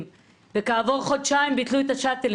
הייתה רווחית והחליטו על שאטלים; כעבור חודשיים ביטלו את השאטלים